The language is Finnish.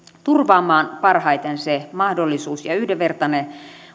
turvaamaan parhaiten se mahdollisuus ja yhdenvertainen